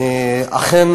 אכן,